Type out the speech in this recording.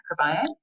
microbiome